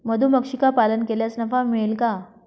मधुमक्षिका पालन केल्यास नफा मिळेल का?